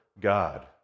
God